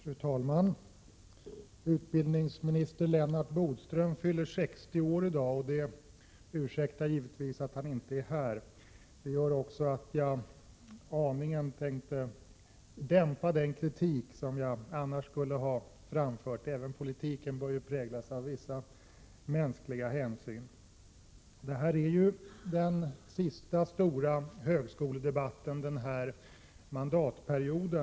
Fru talman! Utbildningsminister Lennart Bodström fyller 60 år i dag. Det ursäktar givetvis att han inte är närvarande i kammaren. Det gör också att jag aningen tänker dämpa den kritik som jag annars skulle ha framfört. Även politiken bör ju präglas av vissa mänskliga hänsyn. Detta är den sista stora debatten om högskolan under den här mandatperioden.